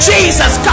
Jesus